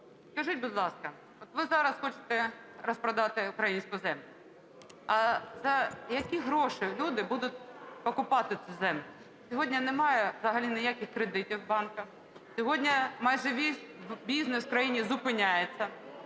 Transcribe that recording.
Скажіть, будь ласка, от ви зараз хочете розпродати українську землю, а за які гроші люди будуть покупати цю землю. Сьогодні немає взагалі ніяких кредитів у банках, сьогодні бізнес в країні зупиняється,